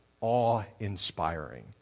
awe-inspiring